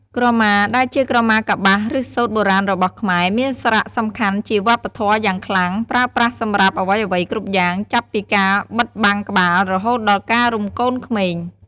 ក្រមា ដែលជាក្រម៉ាកប្បាស ឬសូត្របុរាណរបស់ខ្មែរ មានសារៈសំខាន់ជាវប្បធម៌យ៉ាងខ្លាំង ប្រើប្រាស់សម្រាប់អ្វីៗគ្រប់យ៉ាង ចាប់ពីការបិទបាំងក្បាល រហូតដល់ការរុំកូនក្មេង។